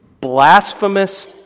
Blasphemous